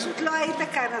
פשוט לא היית כאן,